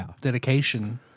dedication